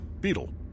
Beetle